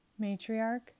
Matriarch